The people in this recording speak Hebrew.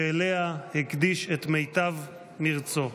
ולה הקדיש את מיטב מרצו.